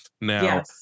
now